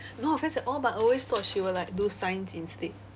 no offence at all but always thought she will like do science instead